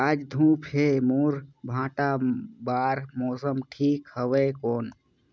आज धूप हे मोर भांटा बार मौसम ठीक हवय कौन?